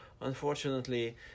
unfortunately